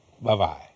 Bye-bye